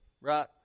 Right